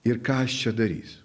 ir ką aš čia darysiu